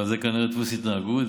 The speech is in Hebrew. אבל זה כנראה דפוס התנהגות.